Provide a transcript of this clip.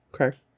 Okay